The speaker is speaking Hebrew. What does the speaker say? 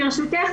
ברשותך,